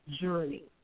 journey